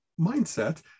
mindset